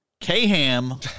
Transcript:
K-Ham